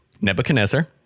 Nebuchadnezzar